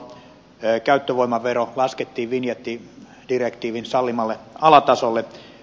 käyttövoimavero laskettiin vinjetti direktiivin sallimalle alatasolle